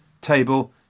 table